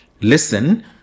listen